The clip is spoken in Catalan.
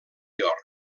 york